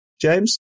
James